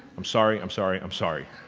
i'm sorry, i'm sorry, i'm sorry.